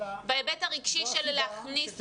בהיבט הרגשי של להכניס אותם,